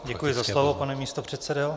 Děkuji za slovo, pane místopředsedo.